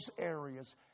areas